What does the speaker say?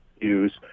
use